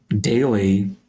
daily